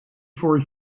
for